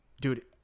Dude